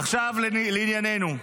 עכשיו לעניינו.